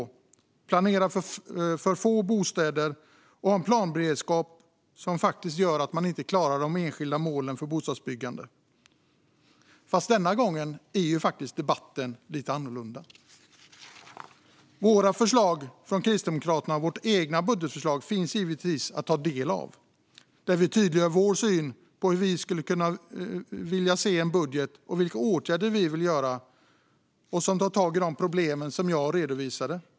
De planerar för få bostäder och har en planberedskap som gör att de inte klarar de enskilda målen för bostadsbyggande. Men denna gång är debatten faktiskt lite annorlunda. Våra förslag från Kristdemokraterna och vårt eget budgetförslag finns givetvis att ta del av. Där tydliggör vi hur vi skulle vilja se en budget och vilka åtgärder vi vill vidta som tar tag i de problem som jag redovisat.